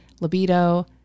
libido